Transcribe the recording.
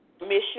mission